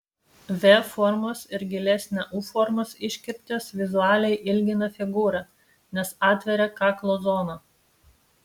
v formos ir gilesnė u formos iškirptės vizualiai ilgina figūrą nes atveria kaklo zoną